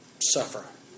suffer